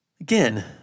again